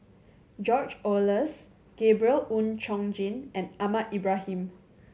George Oehlers Gabriel Oon Chong Jin and Ahmad Ibrahim